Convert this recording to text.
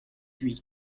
puig